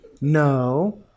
No